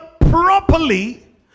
properly